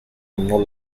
anno